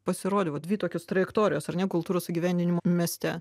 pasirodė va dvi tokios trajektorijos ar ne kultūros sugyvenimo mieste